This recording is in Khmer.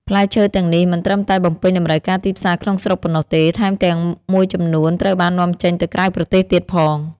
ផ្លែឈើទាំងនេះមិនត្រឹមតែបំពេញតម្រូវការទីផ្សារក្នុងស្រុកប៉ុណ្ណោះទេ ថែមទាំងមួយចំនួនត្រូវបាននាំចេញទៅក្រៅប្រទេសទៀតផង។